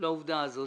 לעובדה הזאת.